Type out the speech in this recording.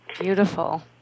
Beautiful